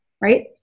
right